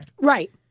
Right